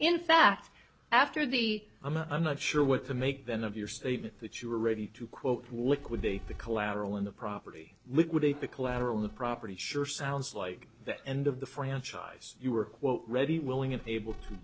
in fact after the i'm not sure what to make then of your statement that you were ready to quote liquidate the collateral in the property liquidate the collateral in the property sure sounds like the end of the franchise you were well ready willing and able to